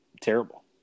terrible